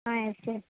ah yes sir